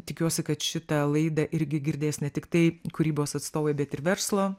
tikiuosi kad šitą laidą irgi girdės ne tiktai kūrybos atstovai bet ir verslo